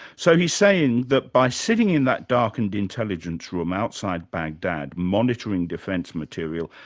so he's saying that by sitting in that darkened intelligence room outside baghdad, monitoring defence material,